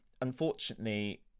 unfortunately